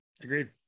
Agreed